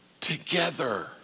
together